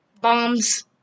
bombs